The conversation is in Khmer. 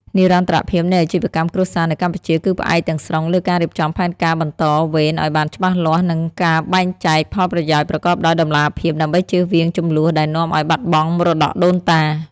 និរន្តរភាពនៃអាជីវកម្មគ្រួសារនៅកម្ពុជា គឺផ្អែកទាំងស្រុងលើការរៀបចំផែនការបន្តវេនឱ្យបានច្បាស់លាស់ និងការបែងចែកផលប្រយោជន៍ប្រកបដោយតម្លាភាព ដើម្បីចៀសវាងជម្លោះដែលនាំឱ្យបាត់បង់មរតកដូនតា។